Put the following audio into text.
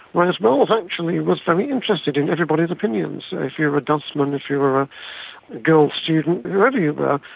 whereas wells actually was very interested in everybody's opinions. if you were a dustman, if you were girl student, whoever you were,